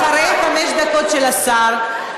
אחרי חמש דקות של השר,